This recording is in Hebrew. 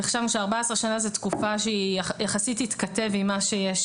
חשבנו ש-14 שנים זו תקופה שהיא יחסית תתכתב עם מה שיש